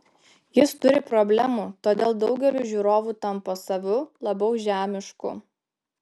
jis turi problemų todėl daugeliui žiūrovų tampa savu labiau žemišku